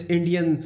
Indian